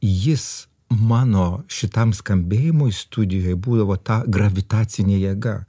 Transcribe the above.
jis mano šitam skambėjimui studijoj būdavo ta gravitacinė jėga